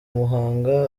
muhanga